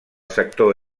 sector